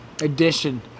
Edition